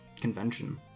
convention